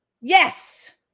Yes